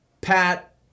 Pat